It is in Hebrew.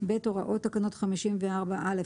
הוראות תקנות 54(א),